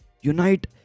unite